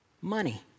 Money